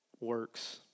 works